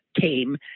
came